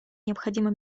необходимо